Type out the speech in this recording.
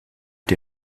die